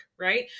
right